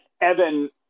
Evan